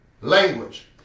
language